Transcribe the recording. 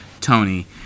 Tony